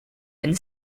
and